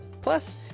Plus